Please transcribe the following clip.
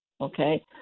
Okay